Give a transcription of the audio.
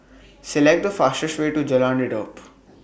Select The fastest Way to Jalan Redop